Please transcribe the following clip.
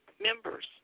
members